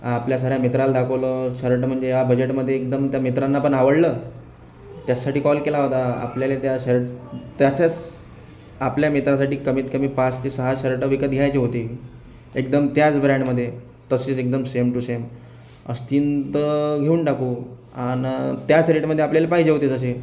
आपल्या साऱ्या मित्राला दाखवलं शर्ट म्हणजे या बजेटमध्ये एकदम त्या मित्रांना पण आवडलं त्याचसाठी कॉल केला होता आपल्या त्या शर्ट तसंच आपल्या मित्रासाठी कमीत कमी पाच ते सहा शर्ट विकत घ्यायचे होते एकदम त्याच ब्रँडमध्ये तसेच अगदी सेम टू सेम असतीन तर घेऊन टाकू आणि त्याच रेटमध्ये आपल्याला पाहिजे होते तसे